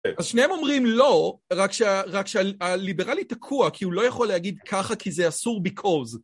אז שניהם אומרים לא, רק שהליברלי תקוע כי הוא לא יכול להגיד "ככה, כי זה אסור, ביקוז".